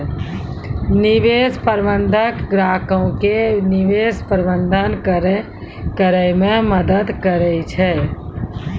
निवेश प्रबंधक ग्राहको के निवेश प्रबंधन करै मे मदद करै छै